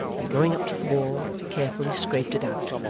and going up to the wall, carefully scraped it out.